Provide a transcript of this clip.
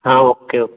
हाँ okay okay